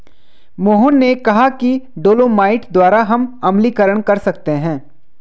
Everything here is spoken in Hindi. मोहन ने कहा कि डोलोमाइट द्वारा हम अम्लीकरण कर सकते हैं